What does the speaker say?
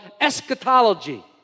eschatology